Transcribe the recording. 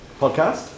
podcast